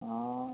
অঁ